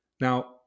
Now